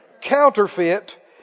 Counterfeit